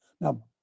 Now